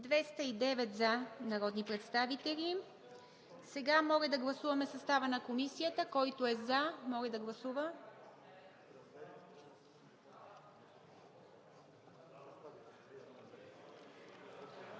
209 народни представители за. Сега моля да гласуваме състава на Комисията, който е за моля да гласува.